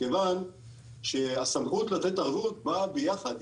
מכיוון שהסמכות לתת ערבות באה ביחד,